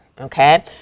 Okay